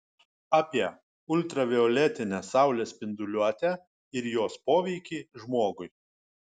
apie ultravioletinę saulės spinduliuotę ir jos poveikį žmogui